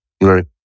Right